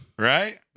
Right